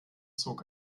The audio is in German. zog